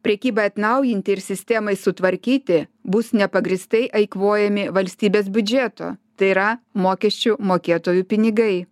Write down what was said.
prekybai atnaujinti ir sistemai sutvarkyti bus nepagrįstai eikvojami valstybės biudžeto tai yra mokesčių mokėtojų pinigai